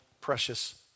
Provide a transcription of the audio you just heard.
precious